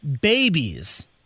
babies